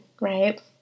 right